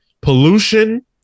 pollution